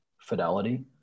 fidelity